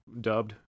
dubbed